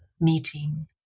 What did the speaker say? meeting